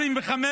2025,